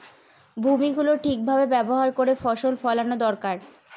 ভূমি গুলো ঠিক ভাবে ব্যবহার করে ফসল ফোলানো দরকার